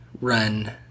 run